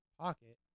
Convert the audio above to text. pocket